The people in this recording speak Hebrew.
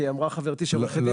כי אמרה חברתי ש לא,